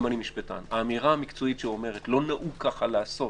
גם אני משפטן את האמירה המקצועית שאומרת "לא נהוג ככה לעשות